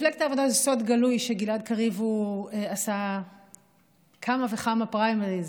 במפלגת העבודה זה סוד גלוי שגלעד קריב עשה כמה וכמה פריימריז